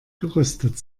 gerüstet